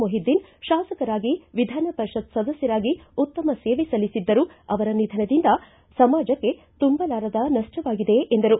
ಮೊಹಿದ್ದೀನ್ ಶಾಸಕರಾಗಿ ವಿಧಾನಪರಿಷತ್ ಸದಸ್ಯರಾಗಿ ಉತ್ತಮ ಸೇವೆ ಸಲ್ಲಿಸಿದ್ದರು ಅವರ ನಿಧನದಿಂದ ಸಮಾಜಕ್ಕೆ ತುಂಬಲಾರದ ನಷ್ಟವಾಗಿದೆ ಎಂದರು